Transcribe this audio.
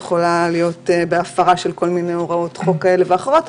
יכולה להיות בהפרה של כל מיני הוראות חוק כאלה ואחרות,